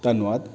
ਧੰਨਵਾਦ